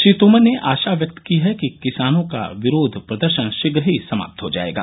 श्री तोमर ने आशा व्यक्त की कि किसानों का विरोध प्रदर्शन शीघ्र ही समाप्त हो जाएगा